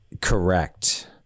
Correct